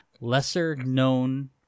lesser-known